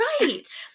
Right